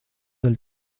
del